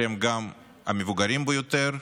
שהם גם המבוגרים ביותר,